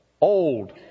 old